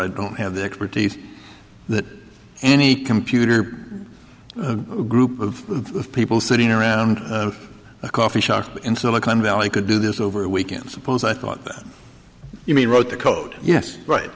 i don't have the expertise that any computer group of people sitting around a coffee shop in silicon valley could do this over a weekend suppose i thought you mean wrote the code yes right